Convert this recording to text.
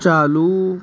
चालू